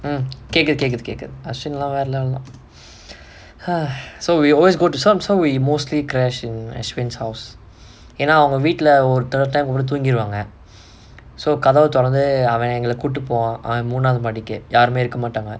mmhmm கேக்குது கேக்குது கேக்குது:kaekkuthu kaekkuthu kaekkuthu ashwin எல்லாம் வேற:ellaam vera level தான்:thaan so we always go to we always clash in ashwin house ஏன்னா அவங்க வீட்ல ஒருத்தட:yaenna avanga veetla oruthada time குள்ள தூங்கிருவாங்க:kulla thoongiruvaaanga so கதவ தொறந்து அவன் எங்கள கூட்டு போவான் அவன் மூனாவுது மாடிக்கு யாருமே இருக்க மாட்டாங்க:kathava thoranthu avan engala kootu povaan moonavuthu maadikku yaarumae irukka maattaanga